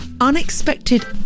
unexpected